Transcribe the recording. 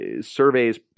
surveys